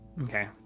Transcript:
Okay